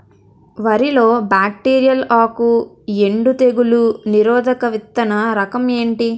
వరి లో బ్యాక్టీరియల్ ఆకు ఎండు తెగులు నిరోధక విత్తన రకం ఏంటి?